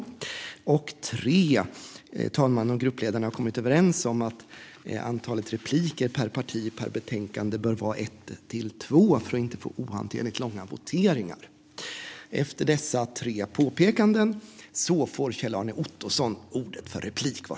För det tredje har talmannen och gruppledarna kommit överens om att antalet reservationer man yrkar bifall till per parti och betänkande bör vara ett till två, detta för att vi inte ska få ohanterligt långa voteringar.